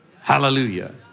Hallelujah